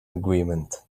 agreement